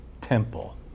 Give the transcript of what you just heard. temple